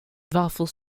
varför